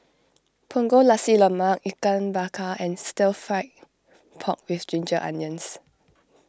Punggol Nasi Lemak Ikan Bakar and Stir Fry Pork with Ginger Onions